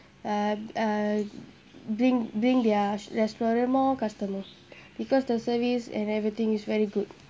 uh uh bring bring their restaurant more customer because the service and everything is very good